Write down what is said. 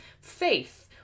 faith